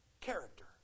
Character